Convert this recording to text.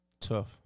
Tough